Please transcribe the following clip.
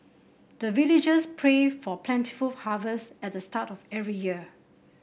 the villagers pray for plentiful harvest at the start of every year